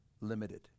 limited